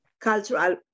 cultural